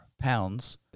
pounds